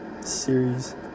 Series